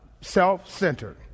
Self-centered